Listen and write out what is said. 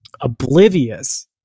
oblivious